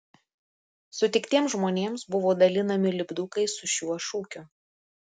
sutiktiems žmonėms buvo dalinami lipdukai su šiuo šūkiu